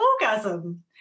orgasm